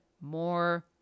more